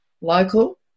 Local